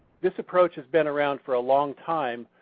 this approach has been around for a long time.